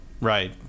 Right